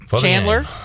Chandler